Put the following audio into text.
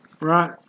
Right